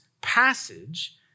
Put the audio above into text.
passage